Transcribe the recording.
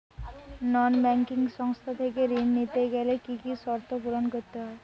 নন banking সংস্থা থেকে ঋণ নিতে গেলে কি কি শর্ত পূরণ করতে হয়?